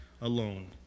alone